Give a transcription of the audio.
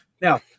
Now